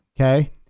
Okay